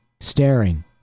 staring